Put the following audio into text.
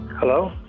Hello